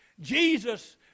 Jesus